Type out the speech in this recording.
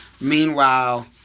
Meanwhile